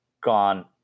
gone